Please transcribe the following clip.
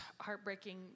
heartbreaking